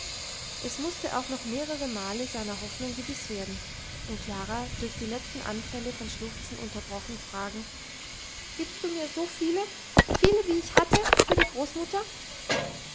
es musste auch noch mehrere male seiner hoffnung gewiss werden und klara durch die letzten anfälle von schluchzen unterbrochen fragen gibst du mir so viele viele wie ich hatte für die großmutter